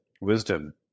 wisdom